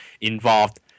involved